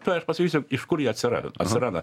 tuoj aš pasakysiu iš kur jie atsirado atsiranda